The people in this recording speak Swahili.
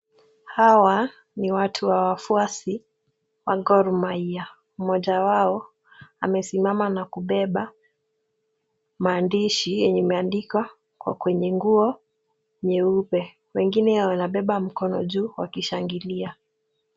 Hawa ni watu wa wafuasi wa Gor Mahia. Mmoja wao amesimama na kubeba maandishi yenye imeandikwa kwa kwenye nguo nyeupe. Wengine wanabeba mkono juu wakishangilia.